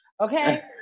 okay